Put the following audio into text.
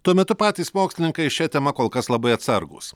tuo metu patys mokslininkai šia tema kol kas labai atsargūs